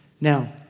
Now